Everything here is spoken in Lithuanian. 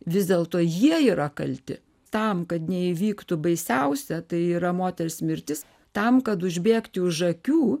vis dėlto jie yra kalti tam kad neįvyktų baisiausia tai yra moters mirtis tam kad užbėgti už akių